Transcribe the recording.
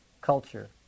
culture